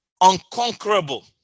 unconquerable